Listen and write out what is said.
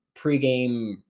pregame